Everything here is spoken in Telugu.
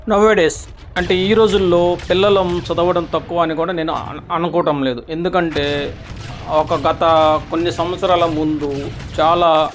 నౌ ఏ డేస్ అంటే ఈ రోజుల్లో పిల్లలము చదవడం తక్కువ అని కూడ నేను అనుకోవటం లేదు ఎందుకంటే ఒక గత కొన్ని సంవత్సరాల ముందు చాలా